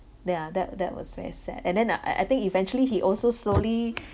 the ya that that was very sad and then ah I I think eventually he also slowly